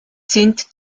sind